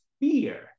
fear